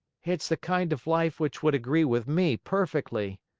it's the kind of life which would agree with me perfectly.